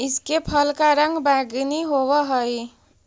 इसके फल का रंग बैंगनी होवअ हई